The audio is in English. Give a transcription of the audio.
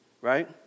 right